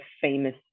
famous